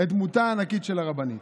את דמותה הענקית של הרבנית.